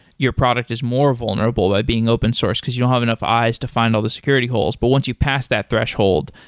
your product is more vulnerable by being open source, because you don't have enough eyes to find all the security holes. but once you pass that threshold,